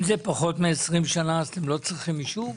אם זה פחות מ-20 שנה אתם לא צריכים אישור?